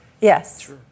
Yes